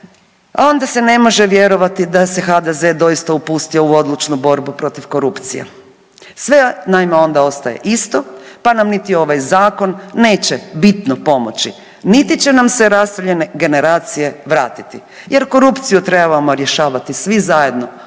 onda se ne može vjerovati da se HDZ doista upustio u odlučnu borbu protiv korupcije. Sve naime, onda ostaje isto pa nam niti ovaj Zakon neće bitno pomoći niti će nam se raseljene generacije vratiti jer korupciju trebamo rješavati svi zajedno,